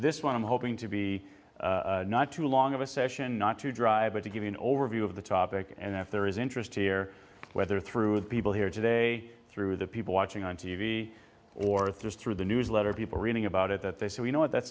this one i'm hoping to be not too long of a session not to drive but to give you an overview of the topic and if there is interest here whether through the people here today through the people watching on t v or through the newsletter people reading about it that they say you know what that's